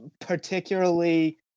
particularly